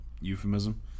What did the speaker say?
euphemism